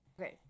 Okay